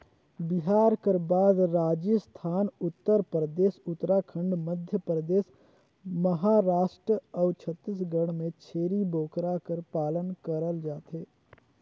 बिहार कर बाद राजिस्थान, उत्तर परदेस, उत्तराखंड, मध्यपरदेस, महारास्ट अउ छत्तीसगढ़ में छेरी बोकरा कर पालन करल जाथे